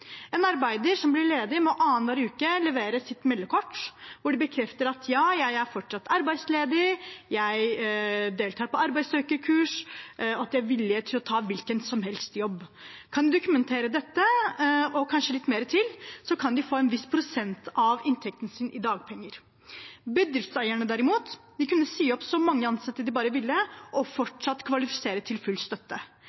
som blir ledige, må annenhver uke levere meldekort og bekrefte at de fortsatt er arbeidsledige, at de deltar på arbeidssøkerkurs, og at de er villige til å ta en hvilken som helst jobb. Kan de dokumentere dette og kanskje mer til, kan de få en viss prosent av inntekten sin i dagpenger. Bedriftseierne, derimot, kunne si opp så mange ansatte de bare ville, og